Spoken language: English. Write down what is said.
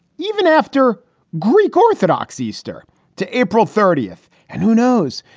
even after greek orthodox easter to april thirtieth. and who knows?